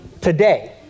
today